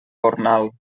gornal